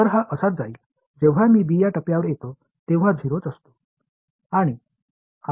तर हा असाच जाईल जेव्हा मी b या टप्प्यावर येतो तेव्हा 0 च असतो